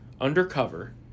undercover